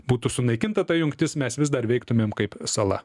būtų sunaikinta ta jungtis mes vis dar veiktumėm kaip sala